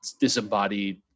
disembodied